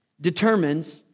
determines